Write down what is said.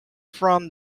from